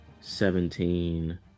seventeen